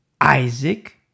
isaac